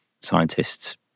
scientists